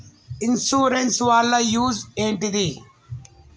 Insurance వాళ్ల use ఏంటిది?